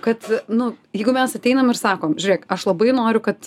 kad nu jeigu mes ateinam ir sakom žiūrėk aš labai noriu kad